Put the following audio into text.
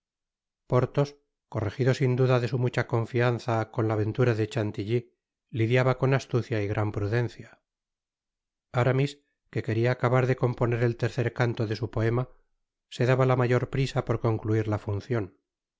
porthos corregido sin duda de su mucha confianza con la aventura de chantilly lidiaba con astucia y gran prudencia aramis que queria acabar de componer el tercer canto de su poema se daba la mayor prisa por concluir la funcion